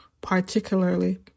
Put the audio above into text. particularly